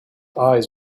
eyes